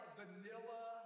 vanilla